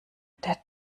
der